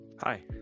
Hi